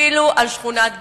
אפילו על שכונת גילה.